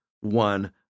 one